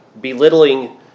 belittling